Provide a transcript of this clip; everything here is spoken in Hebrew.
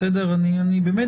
אני באמת